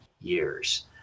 years